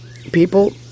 people